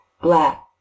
Black